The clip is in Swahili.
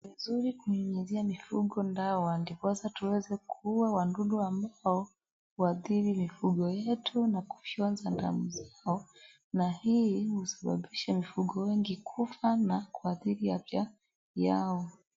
Ni vizuri kunyunyuzia dawa ndiposa tuweze kuua wadudu ambao huadhiri mifugo yetu na kufyonza damu zao. Na hii husababisha mifugo wengi kufa na kuadhiri afya yao.